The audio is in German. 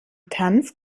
tanz